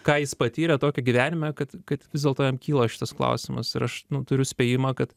ką jis patyrė tokio gyvenime kad kad vis dėlto jam kyla šitas klausimas ir aš nu turiu spėjimą kad